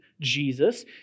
Jesus